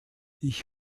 ich